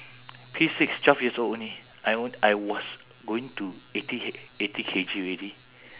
P six twelve years old only I on~ I was going to eighty K eighty K_G already